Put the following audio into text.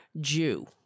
jew